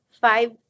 five